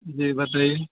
جی بتائیے